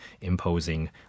imposing